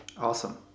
Awesome